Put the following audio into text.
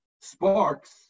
sparks